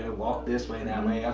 walk this way that way.